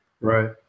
Right